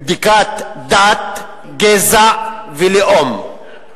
דת, גזע ולאום.